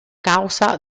causa